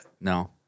No